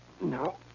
No